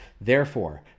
Therefore